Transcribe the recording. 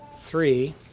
three